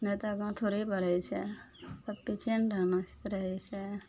नहि तऽ आगा थोड़े बढ़य छै तब पीछे ने रहना ठीक रहय छै